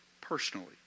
personally